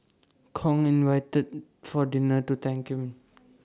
Kong invited for dinner to thank him